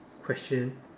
question